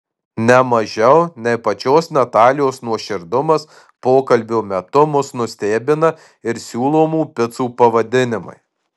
ne mažiau nei pačios natalijos nuoširdumas pokalbio metu mus nustebina ir siūlomų picų pavadinimai